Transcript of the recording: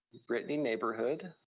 brittany neighborhood,